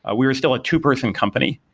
ah we were still a two-person company.